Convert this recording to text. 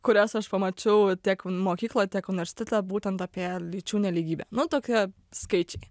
kurias aš pamačiau tiek mokykloj tiek universitete būtent apie lyčių nelygybę nu tokie skaičiai